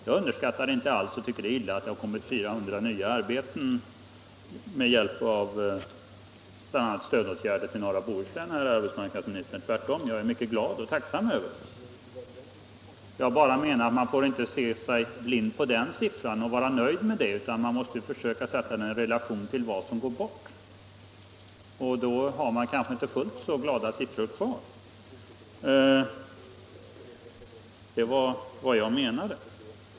Jag underskattar inte alls värdet av att det har kommit 400 nya arbeten till norra Bohuslän med hjälp bl.a. av stödåtgärder, herr arbetsmark stimulerande åtgärder i norra Bohuslän nadsminister; tvärtom är jag mycket glad och tacksam för det. Jag menar bara att man inte får se sig blind på den siffran och sedan vara nöjd, utan man måste försöka sätta den i relation till vad som går bort. Då har man kanske inte fullt så glädjande siffror kvar.